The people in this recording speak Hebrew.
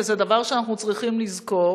וזה דבר שאנחנו צריכים לזכור.